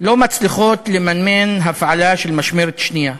לא מצליחים לממן הפעלה של משמרת שנייה,